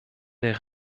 der